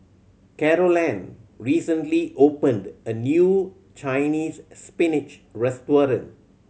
Carolann recently opened a new Chinese Spinach restaurant